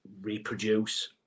reproduce